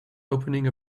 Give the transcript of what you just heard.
opening